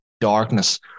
darkness